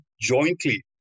jointly